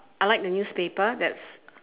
I like the newspaper that's